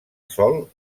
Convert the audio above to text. sol